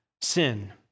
sin